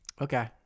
Okay